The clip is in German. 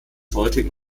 heutigen